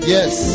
Yes